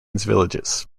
villages